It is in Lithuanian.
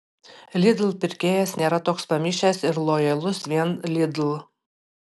lidl pirkėjas nėra toks pamišęs ir lojalus vien lidl